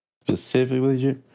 specifically